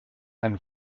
einen